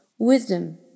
Wisdom